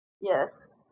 Yes